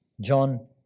John